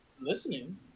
Listening